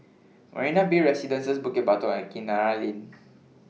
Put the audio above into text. Marina Bay Residences Bukit Batok and Kinara Lane